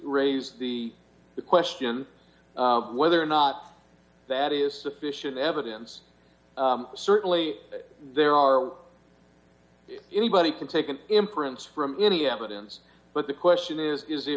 raise the question of whether or not that is sufficient evidence certainly there are anybody can take an imprint from any evidence but the question is is